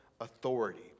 authority